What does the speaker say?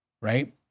right